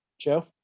Joe